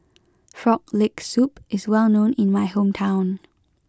Frog Leg Soup is well known in my hometown